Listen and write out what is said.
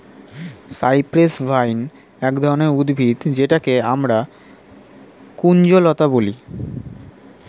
cypress vine এক ধরনের উদ্ভিদ যেটাকে আমরা কুঞ্জলতা বলি